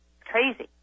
crazy